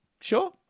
sure